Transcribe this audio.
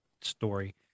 story